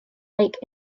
lake